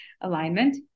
alignment